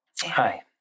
Hi